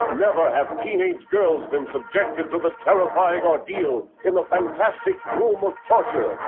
never have teenage girls been subjected to the terrifying ordeal in the fantastic room of torture.